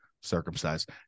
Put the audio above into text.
circumcised